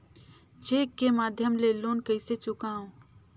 Cheque के माध्यम ले लोन कइसे चुकांव?